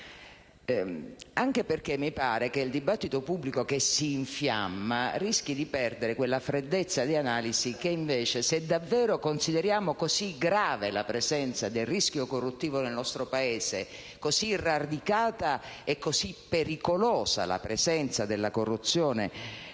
Mi pare altresì che il dibattito pubblico che si infiamma rischi di perdere freddezza di analisi mentre, se davvero consideriamo così grave la presenza del rischio corruttivo nel nostro Paese e così radicata e pericolosa la presenza della corruzione